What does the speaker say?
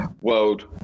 world